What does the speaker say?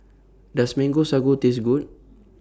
Does Mango Sago Taste Good